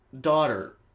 daughter